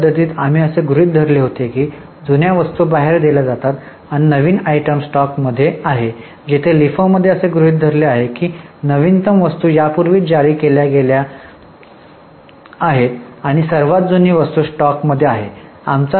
FIFO पद्धतीत आम्ही असे गृहित धरले होते की जुन्या वस्तू बाहेर दिल्या आहेत आणि नवीन आयटम स्टॉक मध्ये आहे जिथे लिफोमध्ये असे गृहित धरले गेले आहे की नवीनतम वस्तू यापूर्वीच जारी केल्या गेल्या आहेत आणि सर्वात जुनी वस्तू स्टॉक मध्ये आहेत